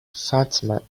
fatima